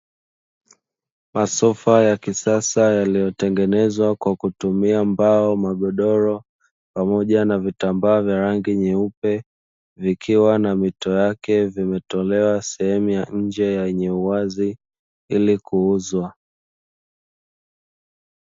Masofa ya kisasa yaliyotengenezwa kwa kutumia mbao, magodoro pamoja na vitambaa vya rangi nyeupe, vikiwa na mito yake vimetolewa sehemu ya nje yenye uwazi ili kuuzwa.